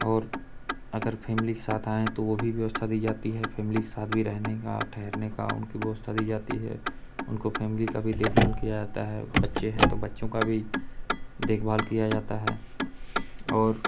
और अगर फैमिली के साथ आए हैं तो वह भी व्यवस्था दी जाती है फैमिली के साथ रहने का ठहरने का उनकी व्यवस्था दी जाती है उनकी फैमिली की भी देखभाल की जाती है बच्चे हैं तो बच्चों की भी देखभाल की जाती है और